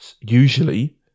usually